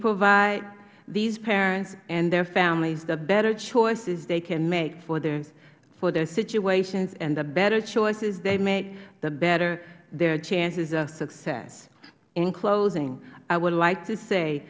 provide these parents and their families the better choices they can make for their situations and the better choices they make the better their chances of success in closing i would like to say